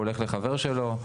הולך לחבר שלו,